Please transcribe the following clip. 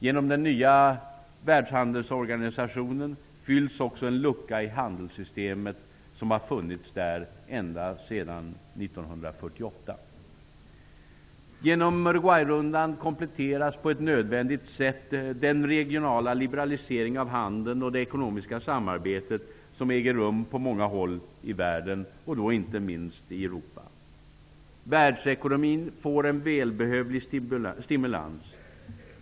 Genom den nya världshandelsorganisationen fylls också en lucka i handelssystemet som har funnits ända sedan 1948. Genom Uruguayrundan kompletteras på ett nödvändigt sätt den regionala liberalisering av handeln och det ekonomiska samarbete som äger rum på många håll i världen, inte minst i Europa. Världsekonomin får en välbehövlig stimulans.